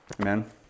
Amen